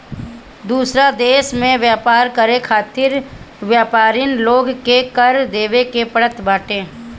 दूसरा देस में व्यापार करे खातिर व्यापरिन लोग के कर देवे के पड़त बाटे